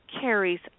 carries